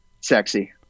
sexy